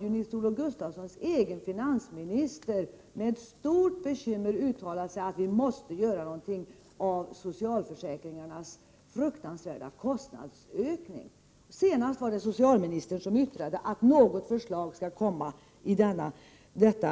Nils-Olof Gustafssons egen finansminister har med stort bekymmer uttalat att vi måste göra någonting åt socialförsäkringarnas fruktansvärda kostnadsökning, och senast var det socialministern som yttrade att något förslag skall presenteras i detta